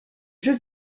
jeu